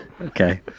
Okay